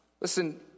Listen